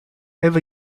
have